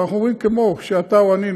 אנחנו אומרים: כמו שאתה ואני,